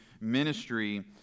ministry